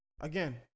Again